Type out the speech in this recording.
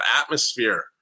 atmosphere